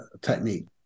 technique